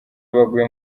baguye